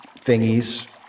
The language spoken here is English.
thingies